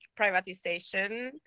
privatization